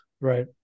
Right